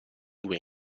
due